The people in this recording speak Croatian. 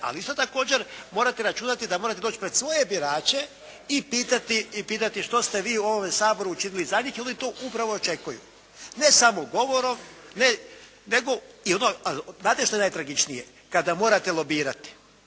ali isto također morate računati da morate doći pred svoje birače i pitati što ste vi u ovom Saboru učinili za njih? I oni to upravo očekuju. Ne samo govorom, ne, nego. I znate što je najtragičnije? Kada morate lobirati.